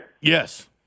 Yes